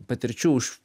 patirčių už